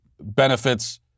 benefits